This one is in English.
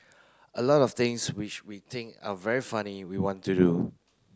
a lot of things which we think are very funny we want to do